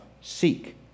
seek